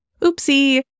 Oopsie